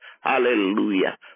Hallelujah